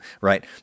right